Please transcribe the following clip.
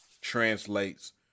translates